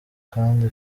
kandi